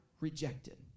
rejected